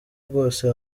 bwose